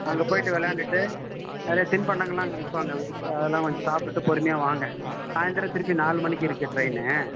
அங்கே போயிட்டு விளையாண்டுட்டு நிறைய தின்பண்டங்கள்லாம் அங்கே விற்பாங்க அதுக்கு ப அதெலாம் கொஞ்சம் சாப்பிட்டுட்டு பொறுமையாக வாங்கள் சாய்ந்திரம் திருப்பி நாலு மணிக்கு இருக்குது ட்ரெயின்னு